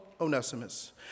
Onesimus